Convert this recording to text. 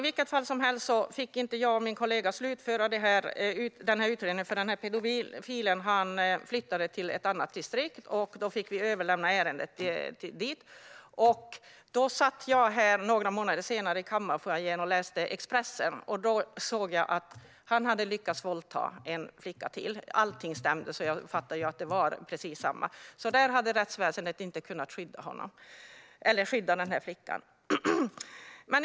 Jag och min kollega fick inte slutföra utredningen. Pedofilen flyttade nämligen till ett annat distrikt - då fick vi överlämna ärendet dit. Jag satt några månader senare i kammarfoajén och läste Expressen. Då såg jag att han hade lyckats våldta en flicka till. Allting stämde, så jag fattade att det var samma man. Rättsväsendet hade inte kunnat skydda flickan.